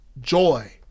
joy